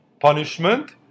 punishment